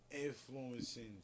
influencing